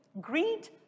Greet